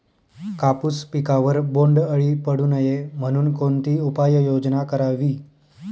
कापूस पिकावर बोंडअळी पडू नये म्हणून कोणती उपाययोजना करावी?